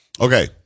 Okay